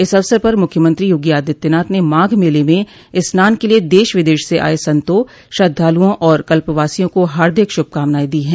इस अवसर पर मुख्यमंत्री योगी आदित्यनाथ ने माघ मेले में स्नान के लिये देश विदेश से आये संतो श्रद्वालुओं और कल्पवासियों को हार्दिक शुभकामनाएं दी हैं